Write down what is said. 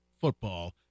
football